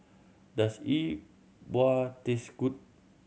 does E Bua taste good